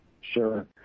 Sure